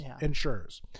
insurers